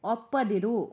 ಒಪ್ಪದಿರು